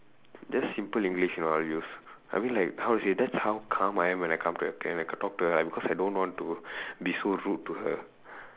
just simple English you know I'll use I mean like how to say that's how calm I am when I come when I talk to her because I don't want to be so rude to her